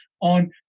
on